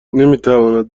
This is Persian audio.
نمیتواند